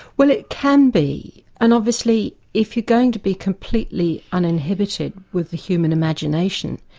well it can be. and obviously if you're going to be completely uninhibited with the human imagination,